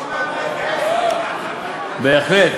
בהחלט.